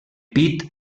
pit